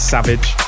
Savage